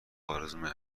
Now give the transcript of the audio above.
آرزومه